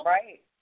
right